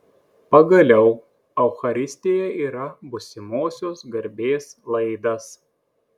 pagaliau eucharistija yra būsimosios garbės laidas